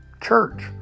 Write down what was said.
Church